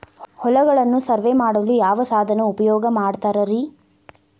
ಹೊಲಗಳನ್ನು ಸರ್ವೇ ಮಾಡಲು ಯಾವ ಸಾಧನ ಉಪಯೋಗ ಮಾಡ್ತಾರ ರಿ?